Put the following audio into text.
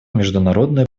международной